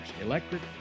Electric